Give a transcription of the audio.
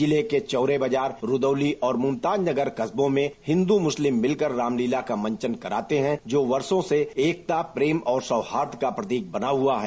जिले के चौरे बाजार रूदौली और मुमताज नगर करबों में हिन्द मुस्लिम मिलकर रामलीला का मंचन कराते हैं जो वर्षो से एकता प्रेम और सौहार्द का प्रतीक बना हुआ है